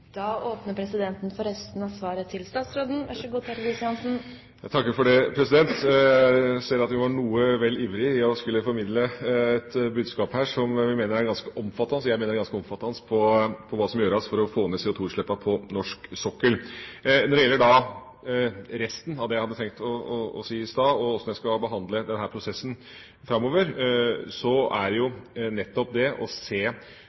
Da åpner presidenten for resten av svaret til statsråden – vær så god, statsråd Terje Riis-Johansen. Jeg takker for det. Jeg ser at jeg var vel ivrig i å skulle formidle et budskap, som er ganske omfattende, om hva som må gjøres for å få ned CO2-utslippene på norsk sokkel. Når det gjelder resten av det jeg hadde tenkt å si i stad, om hvordan jeg skal behandle denne prosessen framover, er nettopp det å se